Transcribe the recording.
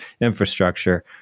infrastructure